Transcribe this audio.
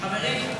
חברים.